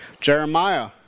Jeremiah